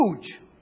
Huge